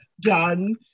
Done